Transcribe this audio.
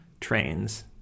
trains